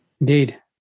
Indeed